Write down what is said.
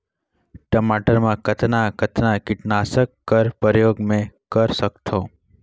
टमाटर म कतना कतना कीटनाशक कर प्रयोग मै कर सकथव?